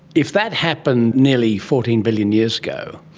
if that happened nearly fourteen billion years ago,